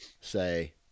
say